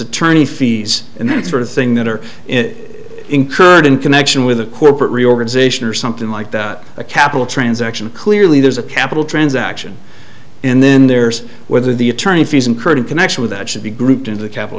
attorney fees and that sort of thing that are incurred in connection with a corporate reorganization or something like that a capital transaction clearly there's a capital transaction and then there's whether the attorney fees incurred in connection with that should be grouped into a capital